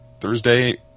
Thursday